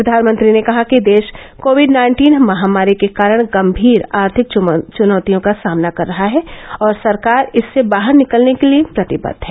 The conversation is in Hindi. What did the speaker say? प्रधानमंत्री ने कहा कि देश कोविड नाइन्टीन महामारी के कारण गंभीर आर्थिक च्नौतियों का सामना कर रहा है और सरकार इससे बाहर निकलने के लिए प्रतिबद्व है